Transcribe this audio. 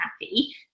happy